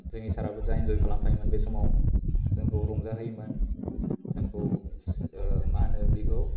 जोंनि साराबो जा इन्जय खालामफायोमोन बे समाव जोंखौ रंजाहोयोमोन जोंखौ मा होनो बेखौ